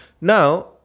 Now